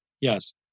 Yes